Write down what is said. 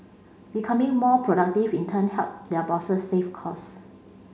becoming more productive in turn help their bosses save cost